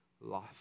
life